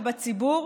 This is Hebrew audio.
ובציבור,